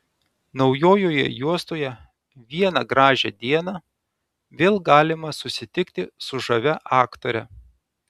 naujoje juostoje vieną gražią dieną vėl galima susitikti su žavia aktore